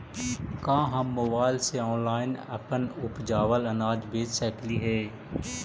का हम मोबाईल से ऑनलाइन अपन उपजावल अनाज बेच सकली हे?